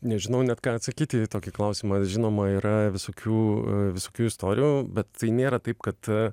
nežinau net ką atsakyti į tokį klausimą žinoma yra visokių visokių istorijų bet tai nėra taip kad